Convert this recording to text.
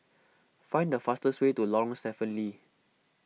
find the fastest way to Lorong Stephen Lee